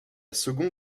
seconde